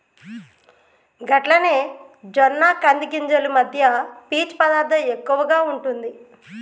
గట్లనే జొన్న కంది గింజలు మధ్య పీచు పదార్థం ఎక్కువగా ఉంటుంది